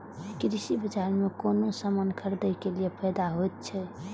कृषि बाजार में कोनो सामान खरीदे के कि फायदा होयत छै?